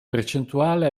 percentuale